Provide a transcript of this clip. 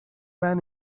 man